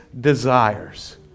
desires